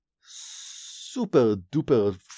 super-duper